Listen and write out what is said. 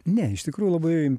ne iš tikrųjų labai